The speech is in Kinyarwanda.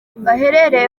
baherereye